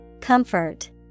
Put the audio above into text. Comfort